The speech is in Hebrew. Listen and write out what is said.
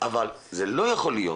אבל זה לא יכול להיות.